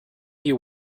you